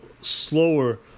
slower